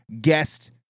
guest